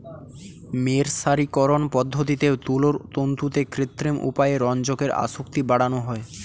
মের্সারিকরন পদ্ধতিতে তুলোর তন্তুতে কৃত্রিম উপায়ে রঞ্জকের আসক্তি বাড়ানো হয়